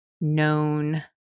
known